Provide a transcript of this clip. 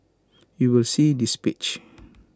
you will see this page